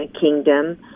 kingdom